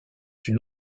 une